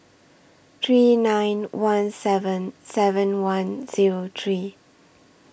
three nine one seven seven one Zero three